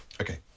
Okay